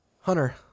Hunter